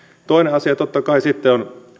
toinen asia totta kai sitten